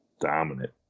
dominant